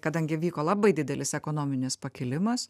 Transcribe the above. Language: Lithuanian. kadangi vyko labai didelis ekonominis pakilimas